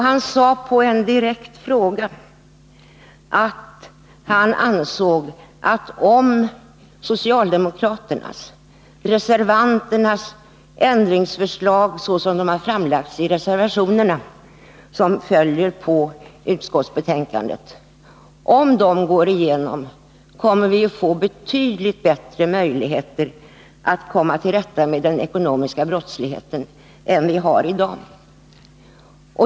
Han sade på en direkt fråga att han ansåg att om socialdemokraternas ändringsförslag, såsom de har framlagts i reservationerna som är fogade till utskottets betänkande, går igenom får vi betydligt bättre möjligheter att komma till rätta med den ekonomiska brottsligheten än vi har i dag.